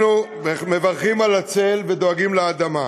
אנחנו מברכים על הצל ודואגים לאדמה.